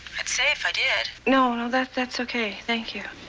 i'd say if i did. no, no, that's that's okay. thank you.